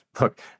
Look